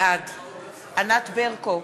בעד ענת ברקו,